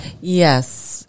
Yes